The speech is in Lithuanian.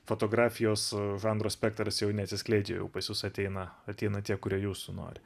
fotografijos žanro spektras jau neatsiskleidžia pas jus ateina ateina tie kurie jūsų nori